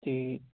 ਅਤੇ